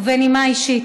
ובנימה אישית,